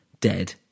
dead